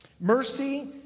Mercy